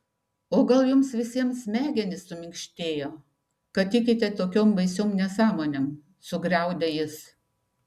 o gal jums visiems smegenys suminkštėjo kad tikite tokiom baisiom nesąmonėm sugriaudė jis